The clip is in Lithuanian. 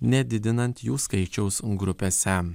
nedidinant jų skaičiaus grupėse